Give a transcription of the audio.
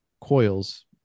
coils